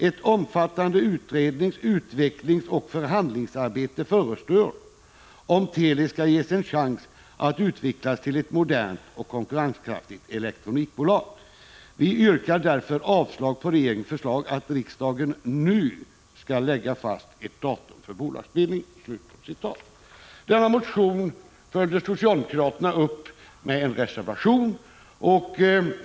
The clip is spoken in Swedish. Ett omfattande utrednings-, utvecklingsoch förhandlingsarbete förestår om Teli skall ges en chans att utvecklas till ett modernt och konkurrenskraftigt elektronikbolag. Vi yrkar därför avslag på regeringens förslag att riksdagen nu skall lägga fast ett datum för bolagsbildningen.” Denna motion följde socialdemokraterna upp med en reservation.